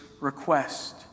request